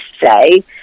say